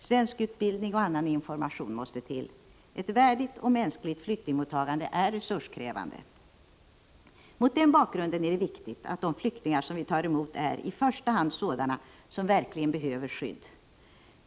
Svenskutbildning och annan information måste till. Ett värdigt och mänskligt flyktingmottagande är resurskrävande. Mot den bakgrunden är det viktigt att de flyktingar som vi tar emot är i första hand sådana som verkligen behöver skydd.